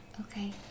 okay